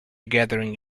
gathering